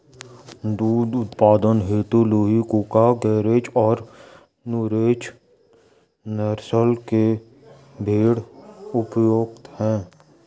दुग्ध उत्पादन हेतु लूही, कूका, गरेज और नुरेज नस्ल के भेंड़ उपयुक्त है